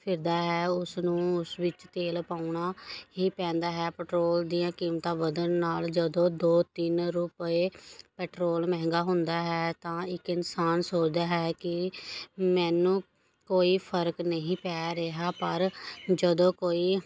ਫਿਰਦਾ ਹੈ ਉਸ ਨੂੰ ਉਸ ਵਿੱਚ ਤੇਲ ਪਾਉਣਾ ਹੀ ਪੈਂਦਾ ਹੈ ਪੈਟਰੋਲ ਦੀਆਂ ਕੀਮਤਾਂ ਵਧਣ ਨਾਲ ਜਦੋਂ ਦੋ ਤਿੰਨ ਰੁਪਏ ਪੈਟਰੋਲ ਮਹਿੰਗਾ ਹੁੰਦਾ ਹੈ ਤਾਂ ਇੱਕ ਇਨਸਾਨ ਸੋਚਦਾ ਹੈ ਕਿ ਮੈਨੂੰ ਕੋਈ ਫਰਕ ਨਹੀਂ ਪੈ ਰਿਹਾ ਪਰ ਜਦੋਂ ਕੋਈ